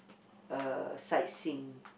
uh sightseeing